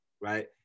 right